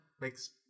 makes